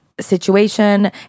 situation